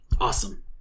Awesome